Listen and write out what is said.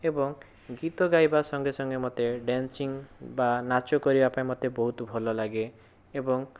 ଏବଂ ଗୀତ ଗାଇବା ସଂଗେ ସଂଗେ ମୋତେ ଡ୍ୟାନ୍ସଇଙ୍ଗ ବା ନାଚ କରିବା ପାଇଁ ମୋତେ ବହୁତ ଭଲ ଲାଗେ ଏବଂ